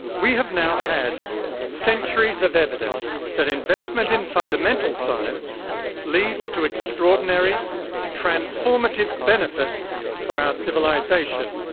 we have now had centuries of evidence that investment in fundamental science leads to extraordinary transformative benefits for our civilisation.